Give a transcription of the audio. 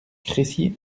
crécy